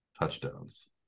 touchdowns